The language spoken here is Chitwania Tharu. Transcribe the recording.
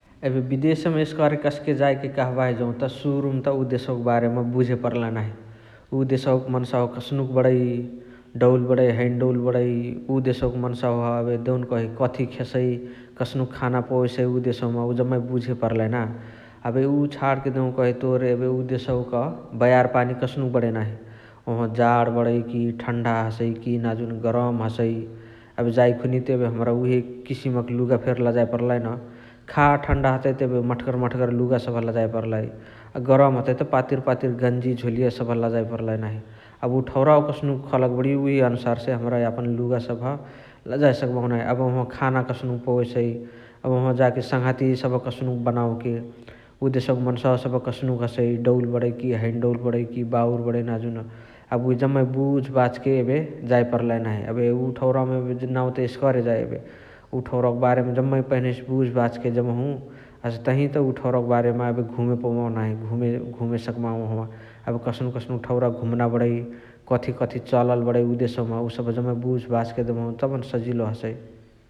एबे बिदेशमा एस्करे कस्के जाएके कहबाही जौत सुरुमा त उ देशवक मन्सावा कस्नुक बणइ । डौल बणइ हैने डौल बणइ । उ देशवक मन्सावा एबे देउनकही कथी खेसइ । कस्नुक खाना पवेसइ उ देस्शवमा । उ जम्मे बुझे पर्लाई ना । एबे उ छणके देउनकही तोर एबे उ देशवक बयार पानी कसनुक बणइ नाही । ओहवा जाण बणइ कि ठन्ढा हसइ कि नाजुन गरम हसइ । एबे जाए खुनिय त हमरा एबे उहे किसिमक लुगा फेरी लजए पर्लाई न । खा ठन्डा हतइ त एबे मठगर मठगर लुगा सबह लजाए पर्लाई । अ गरम हतइ त पातिर पातिर गन्जी झोलिय सबह लजाए पर्लाई नाही । एबे उ ठउरावा कस्नुक खलक बणिय उहे अनुसार्से हमरा यापन लुगा सबह लजाए सकबाहु नाही । एबे ओहवा खान कसनुक पवेसइ । एबे वहाँवा जाके सङहाती कस्नुक बनवके । उ देशवक मन्सावा कस्नुक हसइ डौल बणइकी बाउर बणइ नाजुन । उ जम्मै बुझ बाझके एबे जाए पर्लाई नाही । एबे उ ठौरावमा नाउ त एस्करे जाए एबे उ ठौरावक बारेमा पहिनही से जम्मै बुझ बाझके जेबहु । हसे तही त उ ठौरावक बारेमा घुमे पौबाहु नाही घुमे उमे सक्बाहु ओहवा । एबे कस्नुक कस्नुक ठौरा घुमना बणइ कथी कथी चलाल बणइ उ देशवमा उ सबह जाममे बुझ बाझके जेबहु तबन सजिलो हसइ ।